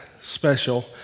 special